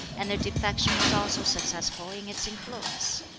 and their defection was also successful in its influence.